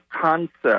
concept